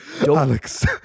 Alex